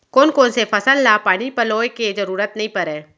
कोन कोन से फसल ला पानी पलोय के जरूरत नई परय?